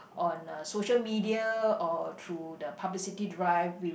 on uh social media or through the publicity drive with